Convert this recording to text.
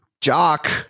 jock